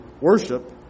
worship